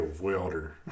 welder